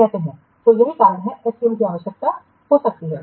तो यही कारण है कि SCM की आवश्यकता हो सकती है